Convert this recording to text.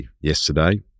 yesterday